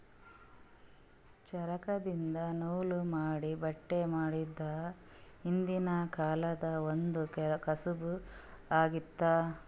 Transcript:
ಚರಕ್ದಿನ್ದ ನೂಲ್ ಮಾಡಿ ಬಟ್ಟಿ ಮಾಡೋದ್ ಹಿಂದ್ಕಿನ ಕಾಲ್ದಗ್ ಒಂದ್ ಕಸಬ್ ಆಗಿತ್ತ್